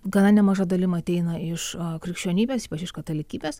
gana nemaža dalim ateina iš krikščionybės ypač iš katalikybės